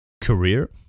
career